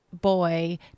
boy